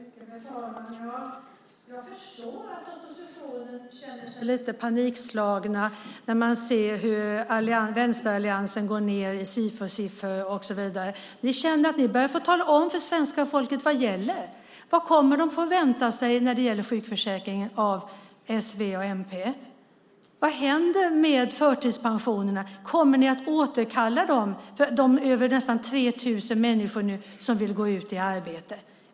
Fru talman! Jag förstår att oppositionen känner sig lite panikslagen. Man kan se hur vänsteralliansen får lägre Sifosiffror. Ni känner att ni måste tala om för svenska folket vad som gäller. Vad kommer de att få vänta sig när det gäller sjukförsäkringen av s, v och mp? Vad händer med förtidspensionerna? Kommer ni att återkalla dem för de nästan 3 000 människor som vill gå ut i arbete?